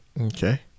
okay